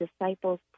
disciples